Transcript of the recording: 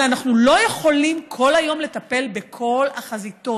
אבל אנחנו לא יכולים כל היום לטפל בכל החזיתות.